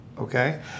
Okay